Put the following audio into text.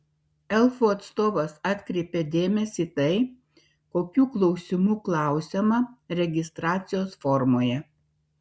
elfų atstovas atkreipė dėmesį į tai kokių klausimų klausiama registracijos formoje